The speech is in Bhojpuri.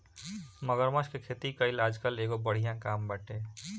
मगरमच्छ के खेती कईल आजकल एगो बढ़िया काम बाटे